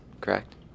correct